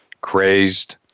crazed